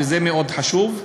וזה מאוד חשוב.